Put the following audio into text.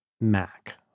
Mac